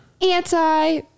Anti